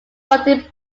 funding